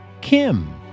Kim